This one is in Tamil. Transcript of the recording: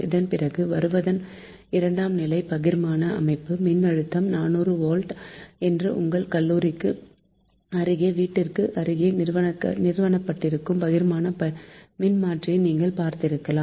இதன் பிறகு வருவதுதான் இரண்டாம் நிலை பகிர்மான அமைப்பு மின்னழுத்தம் 400 வோல்ட் என்று உங்கள் கல்லூரிக்கு அருகே வீட்டிற்கு அருகே நிறுவப்பட்டிருக்கும் பகிர்மான மின்மாற்றியை நீங்கள் பார்த்திருக்கலாம்